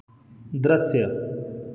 दृश्य